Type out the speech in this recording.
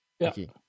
Okay